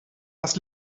was